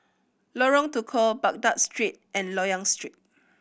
Lorong Tukol Baghdad Street and Loyang Street